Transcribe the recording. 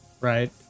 right